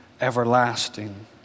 everlasting